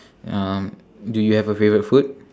um do you have a favourite food